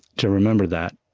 to remember that.